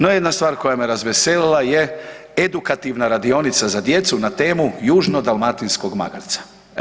No, jedna stvar koja me razveselila je edukativna radionica za djecu na temu južno-dalmatinskog magarca.